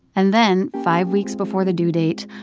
and then five weeks before the due date,